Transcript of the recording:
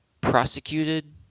prosecuted